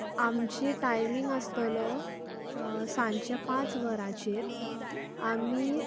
आमचे टायमींग आसतलो सानचे पांच वरांचेर आमी